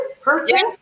purchase